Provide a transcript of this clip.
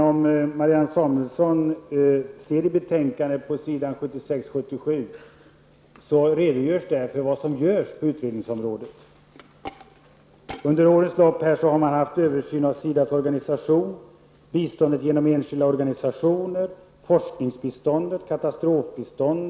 Om Marianne Samuelsson ser efter i betänkandet på s. 76 och 77, finner hon en redagörelse för vad som görs på utredningsområdet. Under årens lopp har det skett en översyn av SIDAs organisation, av biståndet genom enskilda organisationer, forskningsbiståndet och katastrofbiståndet.